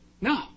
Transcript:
No